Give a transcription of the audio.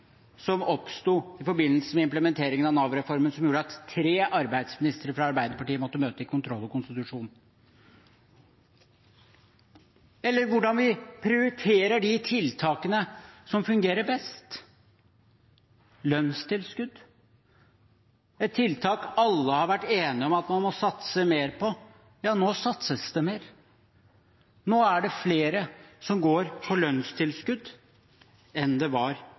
som oppsto i forbindelse med implementeringen av Nav-reformen, som gjorde at tre arbeidsministre fra Arbeiderpartiet måtte møte for kontroll- og konstitusjonskomiteen. Man ser det også på hvordan vi prioriterer de tiltakene som fungerer best: lønnstilskudd – et tiltak alle har vært enige om at man må satse mer på. Ja, nå satses det mer. Nå er det flere som går på lønnstilskudd enn det var